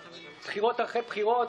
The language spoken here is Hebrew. סגרתי את הרשימה.